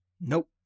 Nope